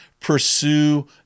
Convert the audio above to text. pursue